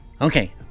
Okay